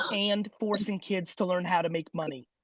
and forcing kids to learn how to make money.